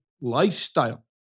lifestyle